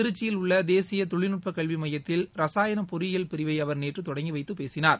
திருச்சியில் உள்ள தேசிய தொழில்நுட்ப கல்வி மையத்தில் ரசாயண பொறியியல் பிரிவை அவர் நேற்று தொடங்கி வைத்து பேசினார்